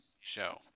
show